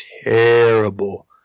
terrible